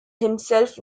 himself